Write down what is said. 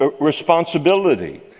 responsibility